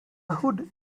hood